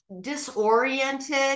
disoriented